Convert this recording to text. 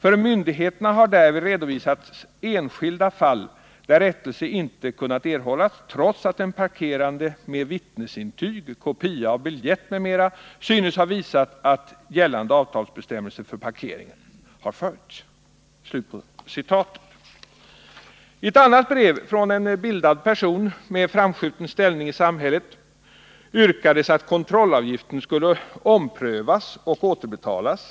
För myndigheterna har därvid redovisats enskilda fall där rättelse inte kunnat erhållas trots att den parkerande med vittnesintyg, kopia av biljett m.m. synes har visat att gällande avtalsbestämmelser för parkering har följts.” I ett annat brev, från en bildad person med framskjuten ställning i Nr 54 samhället, yrkades att kontrollavgiften skulle omprövas och återbetalas.